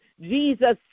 Jesus